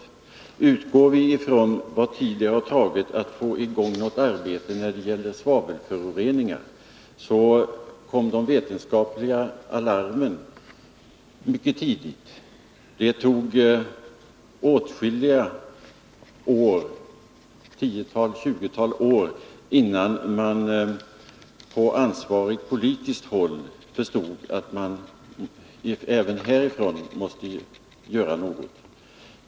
Det har tagit åtskilliga år att få i gång något arbete när det gäller svavelföroreningar. De vetenskapliga alarmen kom mycket tidigt, men det tog ett tjugotal år innan man från ansvarigt politiskt håll förstod att man måste göra något.